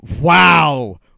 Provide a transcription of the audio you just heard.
wow